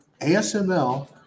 asml